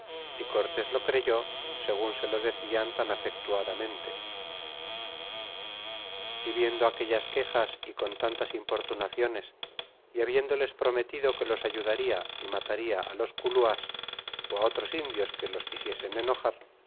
y cortés lo creyó segun se lo decian tan afectuademente y viendo aquellas quejas y con tantas importunaciones y habiéndoles prometido que los ayudaria y materia los culuas ó otros indios que los quisiesen enojar